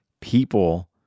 people